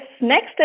next